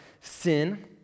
sin